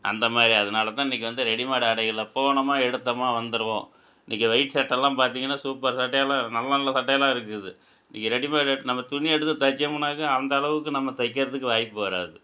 அந்த மாதிரி அதனால தான் இன்னக்கு வந்து ரெடிமேடு ஆடைகளை போனமா எடுத்தமா வந்துருவோம் இன்னக்கு ஒயிட் சட்டைல்லாம் பார்த்திங்கன்னா சூப்பர் சட்டையெல்லாம் நல்ல நல்ல சட்டையெல்லாம் இருக்குது இன்னக்கு ரெடிமேட் நம்ம துணி எடுத்து தைச்சோமுன்னாக்க அந்தளவுக்கு நம்ம தைக்கிறதுக்கு வாய்ப்பு வராது